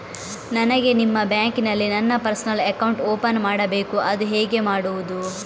ನನಗೆ ನಿಮ್ಮ ಬ್ಯಾಂಕಿನಲ್ಲಿ ನನ್ನ ಪರ್ಸನಲ್ ಅಕೌಂಟ್ ಓಪನ್ ಮಾಡಬೇಕು ಅದು ಹೇಗೆ ಮಾಡುವುದು?